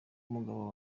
umugabo